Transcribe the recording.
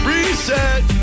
Reset